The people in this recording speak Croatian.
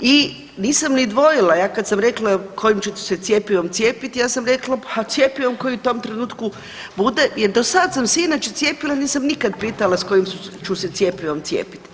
i nisam ni dvojila, ja kad sam rekla, kojim ćete se cjepivom cijepiti, ja sam rekla pa cjepivom koji u tom trenutku bude jer do sad sam se inače cijepila, nisam nikad pitala s kojim ću se cjepivom cijepiti.